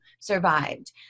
survived